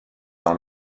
dans